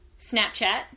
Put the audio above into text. Snapchat